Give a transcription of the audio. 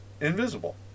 invisible